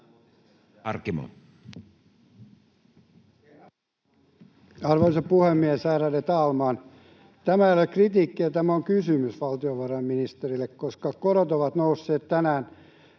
Arvoisa puhemies, ärade talman! Tämä ei ole kritiikkiä, tämä on kysymys valtiovarainministerille, koska korot ovat nousseet. Tänään